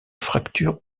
fracture